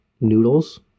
noodles